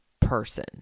person